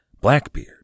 Blackbeard